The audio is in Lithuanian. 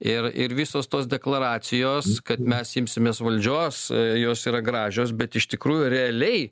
ir ir visos tos deklaracijos kad mes imsimės valdžios jos yra gražios bet iš tikrųjų realiai